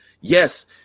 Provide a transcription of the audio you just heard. Yes